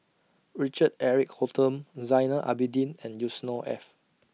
Richard Eric Holttum Zainal Abidin and Yusnor Ef